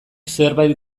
zerbait